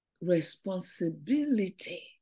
responsibility